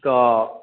तऽ